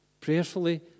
Prayerfully